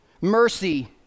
mercy